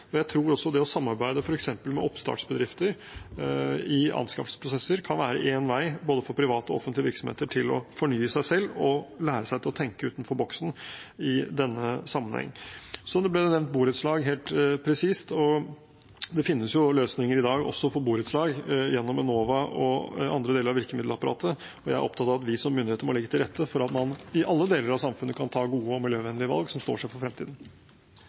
Jeg tror også at det å samarbeide med f.eks. oppstartsbedrifter i anskaffelsesprosesser kan være én vei for både private og offentlige virksomheter til å fornye seg selv og til å lære seg å tenke utenfor boksen i denne sammenhengen. Borettslag ble nevnt helt spesifikt. Det finnes løsninger i dag også for borettslag, gjennom Enova og andre deler av virkemiddelapparatet. Jeg er opptatt av at vi som myndigheter må legge til rette for at man i alle deler av samfunnet kan ta gode og miljøvennlige valg som står seg for fremtiden.